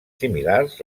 similars